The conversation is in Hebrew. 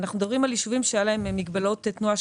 אנחנו מדברים על יישובים שהיו להם מגבלות תנועה,